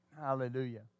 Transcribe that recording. Hallelujah